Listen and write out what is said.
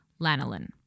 Lanolin